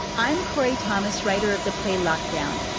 i'm cori thomas, writer of the play lockdown.